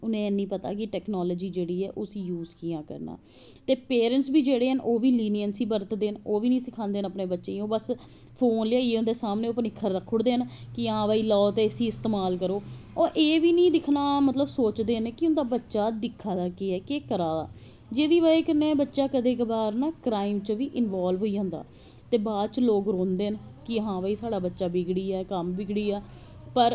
उनेंगी ऐनी पता नी टैकनॉलजी गी यूज़ कियां करनां ते पेरैंटस जेह्ड़े न ओह् बी लिनिऐंसी बरतदे न ओह् बी नी सखादे अपनें बच्चें गी ओह् बस फोन लेआईयै उंदे सामनें पंडिखर रक्खी ओड़दे न कि हां भाई लैओ ते इसी इस्तेमल करो ओह् एह् बी नी सोचदे न कि उंदा बच्चा सिक्खा दे केह् ओ केह् करा दा जेह्दी बजह् कन्नैं बच्चा कदें कवार ना क्राईंम च बी इंवाल्व होई जंदा ऐ ते बाद च लोग रोंदे न कि साढ़ा बच्चा बिगड़ी आ पर